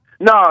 No